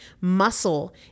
Muscle